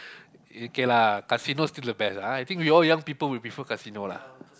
okay lah casino still the best I think we all young people will prefer casino lah